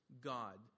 God